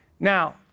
Now